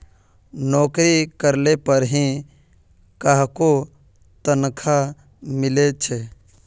नोकरी करले पर ही काहको तनखा मिले छे